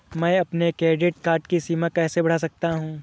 मैं अपने credit card की सीमा कैसे बढ़ा सकता हूँ?